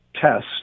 test